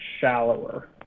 shallower